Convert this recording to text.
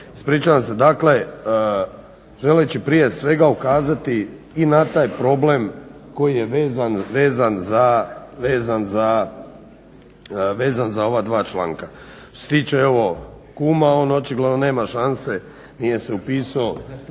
ispričavam se. Dakle, želeći prije svega ukazati i na taj problem koji je vezan za ova dva članka. Što se tiče, evo kuma on očigledno nema šanse, nije se upisao